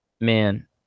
man